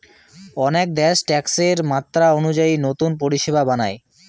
অনেক দ্যাশ ট্যাক্সের মাত্রা অনুযায়ী নতুন পরিষেবা বানায়